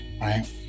right